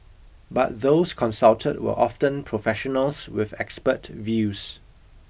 but those consulted were often professionals with expert views